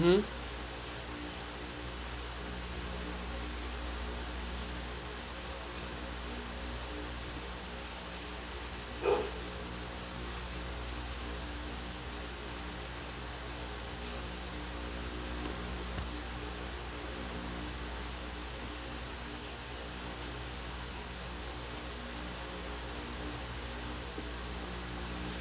mm